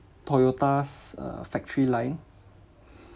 toyota's uh factory line